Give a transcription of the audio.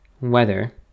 weather